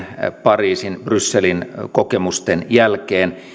pariisin ja brysselin kokemusten jälkeen